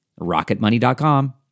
Rocketmoney.com